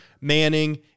Manning